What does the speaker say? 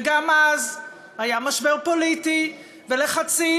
וגם אז היה משבר פוליטי והיו לחצים,